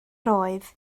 roedd